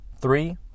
Three